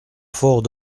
fort